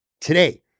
today